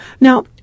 Now